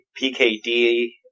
PKD